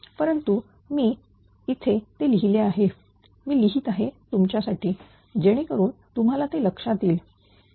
परंतु ते मी इथे लिहिले आहे मी लिहीत आहे तुमच्यासाठी जेणेकरून तुम्हाला ते लक्षात येईल